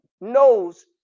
knows